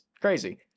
crazy